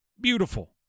Beautiful